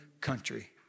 country